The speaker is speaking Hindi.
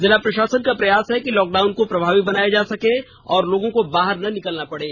जिला प्रषासन का प्रयास है कि लॉक डाउन को प्रभावी बनाया जा सके और लोगों को बाहर न निकलना पड़े